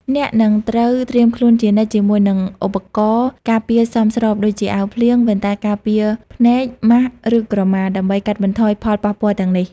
អ្នកនឹងត្រូវត្រៀមខ្លួនជានិច្ចជាមួយនឹងឧបករណ៍ការពារសមស្របដូចជា អាវភ្លៀង វ៉ែនតាការពារភ្នែក ម៉ាស់ ឬក្រម៉ា ដើម្បីកាត់បន្ថយផលប៉ះពាល់ទាំងនេះ។